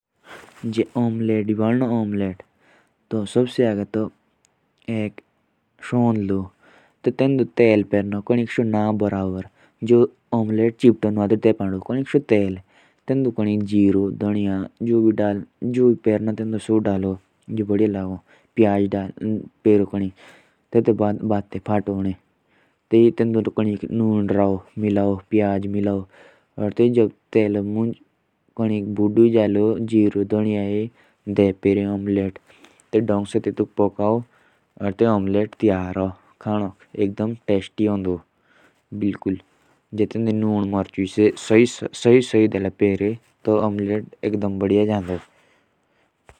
जे omelette भी भानो तो सबसे आगे तो एक शोंड लो तो तेन्दो तेल पेरणो कोणिक्शो और तेन्दो कोणिक जिरो धोनीया तेत्तके बाद बाती फाटो और तेन्दो पर देओ। और तेत्तके बाद कोणिक ओआकनो देओ और तेत्तके बाद ओम्लेट तय होन।